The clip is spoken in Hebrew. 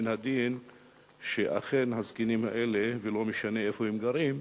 מן הדין שאכן הזקנים האלה, לא משנה איפה הם גרים,